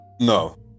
No